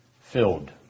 filled